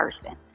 person